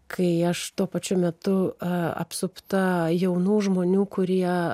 kai aš tuo pačiu metu apsupta jaunų žmonių kurie